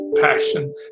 passion